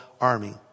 Army